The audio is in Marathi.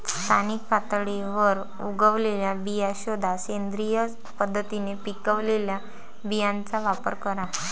स्थानिक पातळीवर उगवलेल्या बिया शोधा, सेंद्रिय पद्धतीने पिकवलेल्या बियांचा वापर करा